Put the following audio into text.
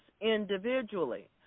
individually